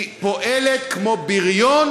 היא פועלת כמו בריון,